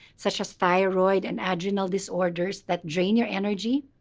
such as thyroid and adrenal disorders that drain your energy,